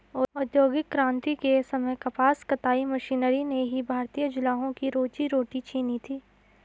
औद्योगिक क्रांति के समय कपास कताई मशीनरी ने ही भारतीय जुलाहों की रोजी रोटी छिनी थी